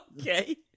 Okay